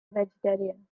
vegetarian